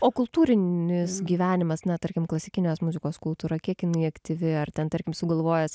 o kultūrinis gyvenimas na tarkim klasikinės muzikos kultūra kiek jinai aktyvi ar ten tarkim sugalvojęs